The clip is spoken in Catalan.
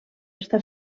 està